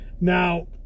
Now